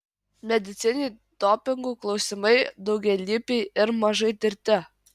medicininiai dopingų klausimai daugialypiai ir mažai tirti